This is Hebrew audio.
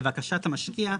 לבקשת המשקיע,